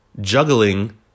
juggling